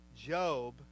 Job